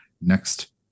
next